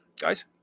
guys